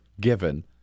given